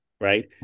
right